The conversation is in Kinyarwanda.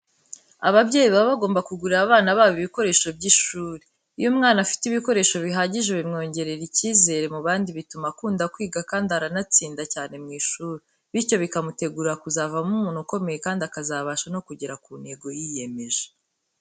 Ababyeyi baba bagomba kugurira abana babo ibikoresho by'ishuri. Iyo umwana afite ibikoresho bihagije bimwongerera icyizere mu bandi, bituma akunda kwiga kandi aranatsinda cyane mu ishuri, bityo bikamutegurira kuzavamo umuntu ukomeye kandi akazabasha no kugera ku ntego yiyemeje.